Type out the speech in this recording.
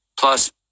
Plus